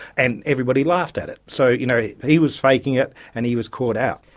and everybody laughed at it. so you know he was faking it and he was caught out.